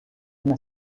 una